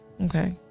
Okay